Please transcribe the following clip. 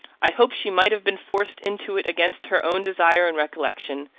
i hoped she might have been forced into it against her own desire and recollection.